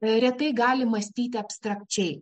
retai gali mąstyti abstrakčiai